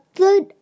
good